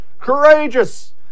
Courageous